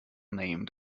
named